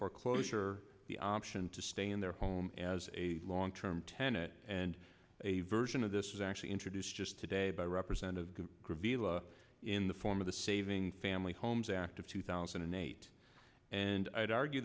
foreclosure the option to stay in their home as a long term tenant and a version of this is actually introduced just today by represent a privia in the form of the saving family homes act of two thousand and eight and i'd argue